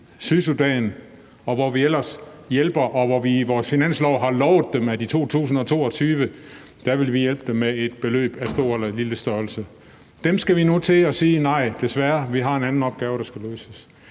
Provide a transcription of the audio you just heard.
Sydsudan, og hvor vi ellers hjælper, og hvor vi i vores finanslov har lovet dem, at vi i 2022 vil hjælpe dem med et stort eller lille beløb, nu skal sige: Nej, desværre, vi har en anden opgave, der skal løses.